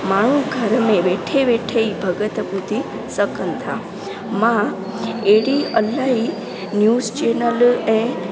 माण्हू घर में वेठे वेठे ई भॻति ॿुधी सघनि था मां एड़ी इलाही न्यूज़ चैनल ऐं